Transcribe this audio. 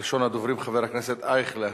ראשון הדוברים הוא חבר הכנסת ישראל אייכלר,